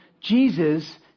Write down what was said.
Jesus